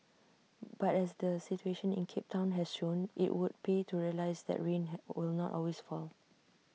but as the situation in cape Town has shown IT would pay to realise that rain had will not always fall